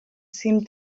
seemed